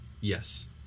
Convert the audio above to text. Yes